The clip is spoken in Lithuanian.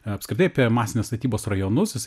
apskritai apie masinės statybos rajonus